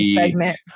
segment